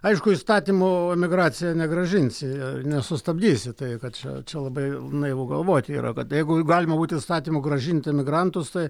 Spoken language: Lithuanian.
aišku įstatymo migracija negrąžinsi nesustabdysi tai kad čia čia labai naivu galvoti yra kad jeigu galima būt įstatymu grąžinti emigrantus tai